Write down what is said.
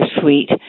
suite